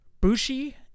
Bushi